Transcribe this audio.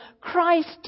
Christ